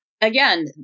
again